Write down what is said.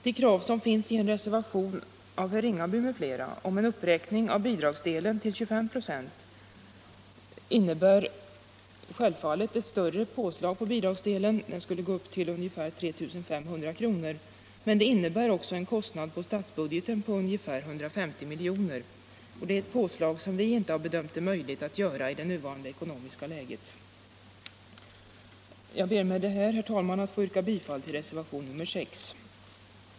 Det krav som finns i en reservation av herr Ringaby m.fl. om en uppräkning av bidragsdelen till 25 96 innebär självfallet ett större påslag på bidragsdelen — den skulle gå upp till ungefär 3 500 kr. — men det innebär också en kostnad för statsbudgeten med ca 150 miljoner. Det är ett påslag som vi inte har bedömt möjligt att göra i det nuvarande ekonomiska läget. Jag ber med detta, herr talman, att få yrka bifall till reservationen 6.